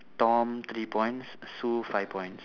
tom three points sue five points